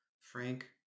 frank